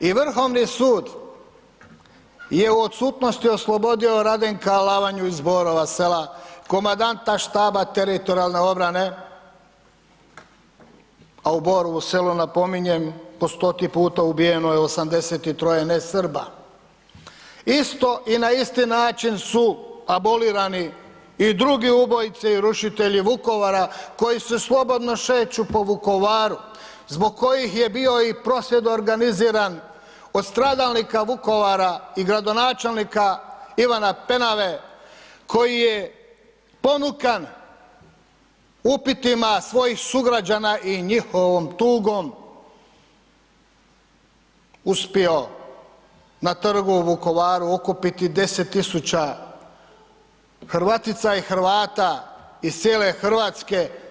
I Vrhovni sud je u odsutnosti oslobodio RAdenka Alavanju iz Borova Sela komandanta štaba teritorijalne obrane, a u Borovu Selu napominjem po stoti puta ubijeno je 83 ne Srba, isto i na isti način su abolirani i drugi ubojice i rušitelji Vukovara koji se slobodno šeću po Vukovaru, zbog kojih je bio i prosvjed organiziran od stradalnika Vukovara i gradonačelnika Ivana Penave koji je ponukan upitima svojih sugrađana i njihovom tugom uspio na trgu u Vukovaru okupiti 10.000 Hrvatica i Hrvata iz cijele Hrvatske.